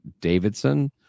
Davidson